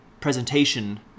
presentation